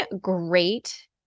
great